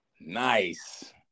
Nice